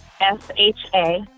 S-H-A